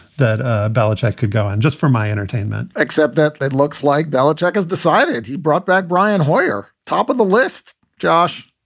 that ah ballot i could go and just for my entertainment except that it looks like belichick has decided he brought back brian hoyer top of the list. josh,